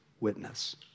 witness